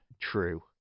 true